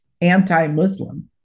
anti-Muslim